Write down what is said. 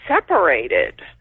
separated